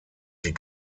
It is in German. die